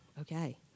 okay